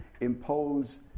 impose